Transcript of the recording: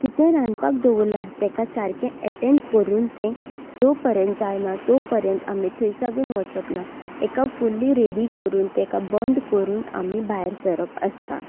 कितें रांदपाक दवरला ताका सारकें एटॅण करून तें जो पर्यंत जायना तो पर्यंत आमी थंय सागून वचप ना ताका फुल्ली रेडी करून ताका बंद करून आमी भायर सरप आसता